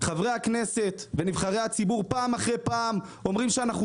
חברי הכנסת ונבחרי הציבור פעם אחרי פעם אומרים שאנחנו